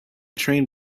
train